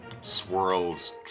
swirls